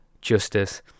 justice